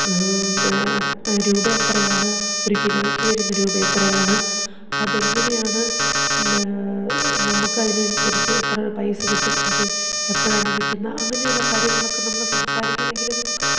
പിന്നെ രൂപ എത്രയാണ് ഒരു കിലോയ്ക്ക് വരുന്ന രൂപ എത്രയാണ് അപ്പം അതെങ്ങനെയാണ് നമുക്കതിനനുസരിച്ച് എത്ര പൈസ കിട്ടും അത് എപ്പോഴാണ് കിട്ടുന്നത് അങ്ങനെയുള്ള കാര്യങ്ങളൊക്കെ നമ്മൾ സംസാരിക്കണമെങ്കിൽ നമുക്ക്